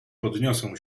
podniosą